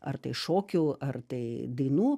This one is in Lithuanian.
ar tai šokių ar tai dainų